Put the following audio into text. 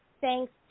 thanks